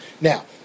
Now